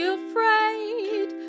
afraid